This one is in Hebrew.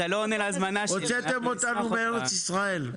הוצאתם אותנו מארץ ישראל.